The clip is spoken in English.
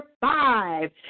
five